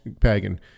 pagan